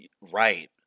right